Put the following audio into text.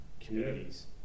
communities